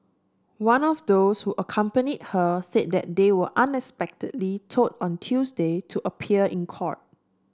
one of those who accompanied her said that they were unexpectedly told on Tuesday to appear in court